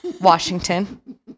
Washington